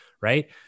right